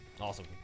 awesome